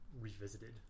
revisited